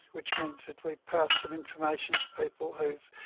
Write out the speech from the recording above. which means that we pass some information to people who,